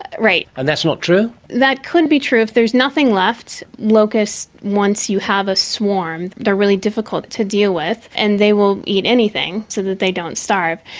but and that's not true? that could be true. if there's nothing left, locusts, once you have a swarm, they are really difficult to deal with, and they will eat anything so that they don't starve.